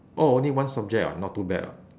oh only one subject ah not too bad [what]